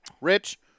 rich